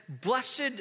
blessed